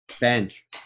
Bench